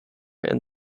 and